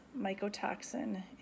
mycotoxin